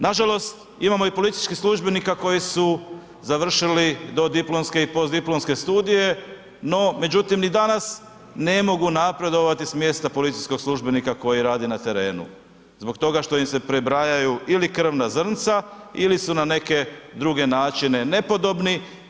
Nažalost, imamo i policijskih službenika koji su završili dodiplomske i postdiplomske studije, no međutim ni danas ne mogu napredovati s mjesta policijskog službenika koji radi na terenu zbog toga što im se prebrajaju ili krvna zrnca ili su na neke druge načine nepodobni.